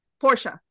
Portia